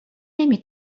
نمی